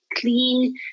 clean